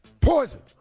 Poison